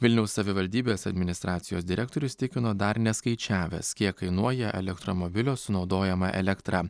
vilniaus savivaldybės administracijos direktorius tikino dar neskaičiavęs kiek kainuoja elektromobilio sunaudojama elektra